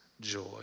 joy